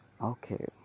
Okay